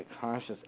conscious